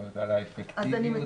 על האפקטיביות?